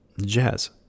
jazz